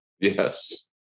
Yes